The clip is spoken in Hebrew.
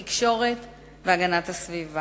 משרד התקשורת והמשרד להגנת הסביבה.